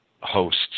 hosts